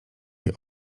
jej